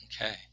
Okay